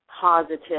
positive